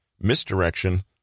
misdirection